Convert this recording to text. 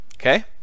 Okay